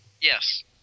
Yes